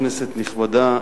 כנסת נכבדה,